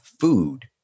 food